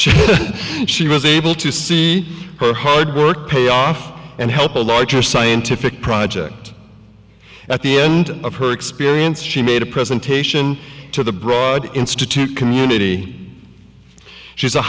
she she was able to see hard work pay off and help a larger scientific project at the end of her experience she made a presentation to the broad institute community she's a